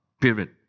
period